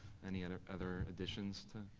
any other other additions to?